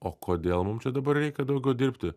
o kodėl mums čia dabar reikia daugiau dirbti